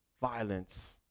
violence